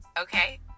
Okay